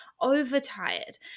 overtired